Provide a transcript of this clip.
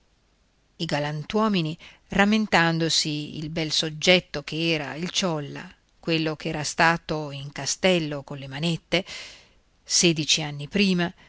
i galantuomini rammentandosi il bel soggetto ch'era il ciolla quello ch'era stato in castello colle manette sedici anni prima